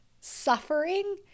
Suffering